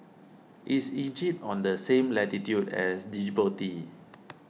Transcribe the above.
is Egypt on the same latitude as Djibouti